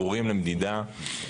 בתקנות נקבעו קריטריונים ברורים למדידה,